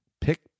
Pick